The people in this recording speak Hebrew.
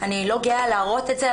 אני לא גאה להראות את זה,